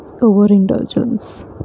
overindulgence